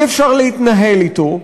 אי-אפשר להתנהל אתו.